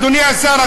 אדוני השר,